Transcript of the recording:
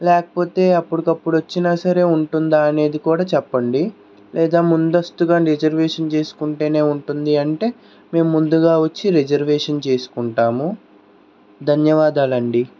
లేకపోతే అప్పటికప్పుడు వచ్చినా సరే ఉంటుందా అనేది కూడా చెప్పండి లేదా ముందస్తుగా రిజర్వేషన్ చేసుకుంటేనే ఉంటుంది అంటే మేము ముందుగా వచ్చి రిజర్వేషన్ చేసుకుంటాము ధన్యవాదాలండి